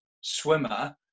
swimmer